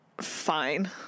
fine